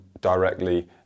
directly